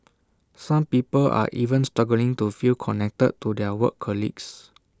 some people are even struggling to feel connected to their work colleagues